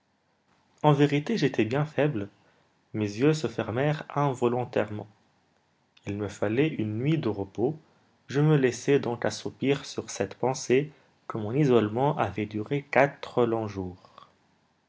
en vérité j'étais bien faible mes yeux se fermèrent involontairement il me fallait une nuit de repos je me laissai donc assoupir sur cette pensée que mon isolement avait duré quatre longs jours